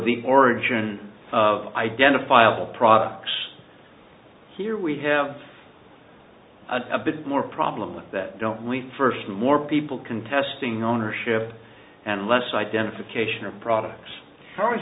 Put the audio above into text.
the origin identifiable products here we have a bit more problem with that don't we first more people contesting ownership and less identification of products how